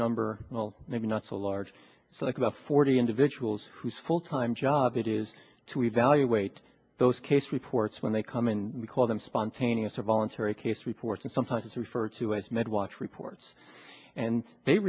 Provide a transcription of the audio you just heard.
number well maybe not so large so that the forty individuals whose full time job it is to evaluate those case reports when they come in we call them spontaneous or voluntary case reports and sometimes referred to as med watch reports and they